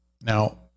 Now